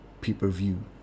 pay-per-view